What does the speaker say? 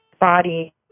body